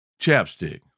Chapstick